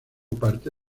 parte